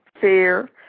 fear